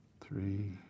Three